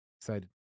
excited